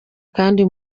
kandi